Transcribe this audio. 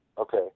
Okay